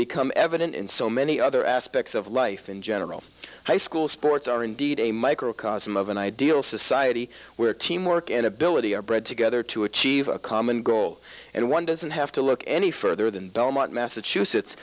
become evident in so many other aspects of life in general high school sports are indeed a microcosm of an ideal society where teamwork and ability are bred together to achieve a common goal and one doesn't have to look any further than belmont massachusetts